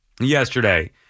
yesterday